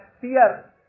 fear